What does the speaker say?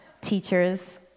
teachers